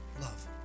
Love